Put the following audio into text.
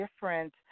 different